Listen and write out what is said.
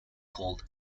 called